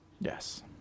Yes